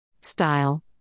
style